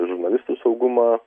žurnalistų saugumą